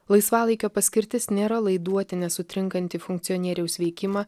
laisvalaikio paskirtis nėra laiduoti nesutrinkantį funkcionieriaus veikimą